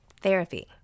Therapy